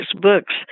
Books